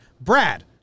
Brad